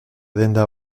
denda